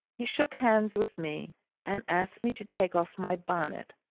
he shook hands with me and asked me to take off my bonnet,